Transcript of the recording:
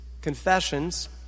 confessions